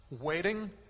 waiting